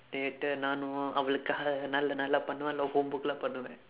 later நானும் அவளுக்காக நல்ல நல்லா பண்ணுவேன்:naanum avalukkaaka nalla nallaa pannuveen homeworkla பண்ணுவேன்:pannuveen